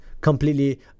completely